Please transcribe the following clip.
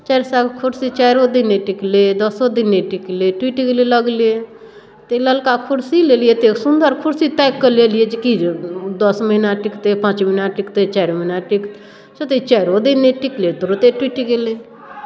चारि सएके कुर्सी चाइरो दिन नहि टिकलै दसो दिन नहि टिकलै टूटि गेलै लगलै तऽ ई ललका कुर्सी लेलियै एते सुन्दर कुर्सी ताकिकऽ लेलियै जे कि जे दस महिना टिकतै पाँच महिना टिकतै चारि महिना टिकतै से तऽ ई चाइरो दिन नहि टिकलै तुरत्ते टूटि गेलै